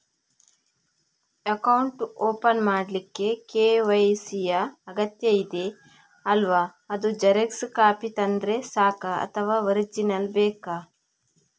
Account open ಮಾಡ್ಲಿಕ್ಕೆ KYC ಯಾ ಅಗತ್ಯ ಇದೆ ಅಲ್ವ ಅದು ಜೆರಾಕ್ಸ್ ಕಾಪಿ ತಂದ್ರೆ ಸಾಕ ಅಥವಾ ಒರಿಜಿನಲ್ ಬೇಕಾ?